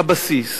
כבסיס,